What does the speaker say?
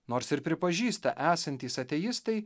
nors ir pripažįsta esantys ateistai